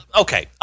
Okay